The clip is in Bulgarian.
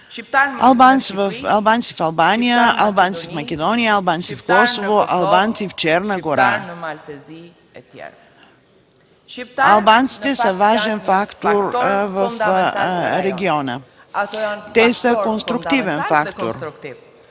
албанци в Албания, албанци в Македония, албанци в Косово, албанци в Черна гора. Албанците са важен фактор в региона. Те са конструктивен фактор.